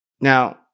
Now